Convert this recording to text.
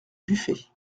buffet